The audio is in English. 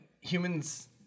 humans